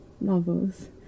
novels